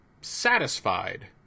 satisfied